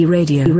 Radio